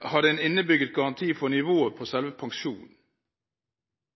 hadde en innebygget garanti for nivået på selve pensjonen.